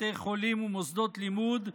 בתי חולים ומוסדות לימוד,